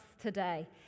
today